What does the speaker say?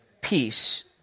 peace